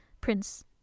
prince